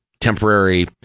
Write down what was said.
temporary